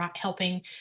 helping